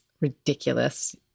ridiculous